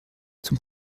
zum